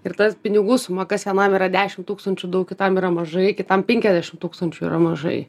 ir tas pinigų suma kas vienam yra dešim tūkstančių daug kitam yra mažai kitam penkiasdešim tūkstančių yra mažai